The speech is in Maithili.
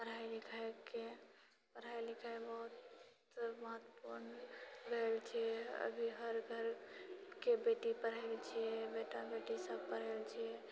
पढ़ाइ लिखाइके पढ़ाइ लिखाइ बहुत तऽ महत्वपूर्ण भेल छिऐ अभी हर घरके बेटी पढ़ल छिऐ बेटा बेटी सभ पढ़ल छिऐ